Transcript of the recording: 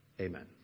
Amen